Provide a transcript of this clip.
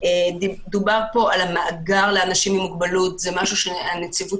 דובר פה על מאגר לאנשים עם מוגבלות וזה משהו שנציבות